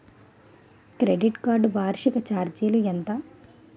Credit card వార్షిక ఛార్జీలు ఎంత?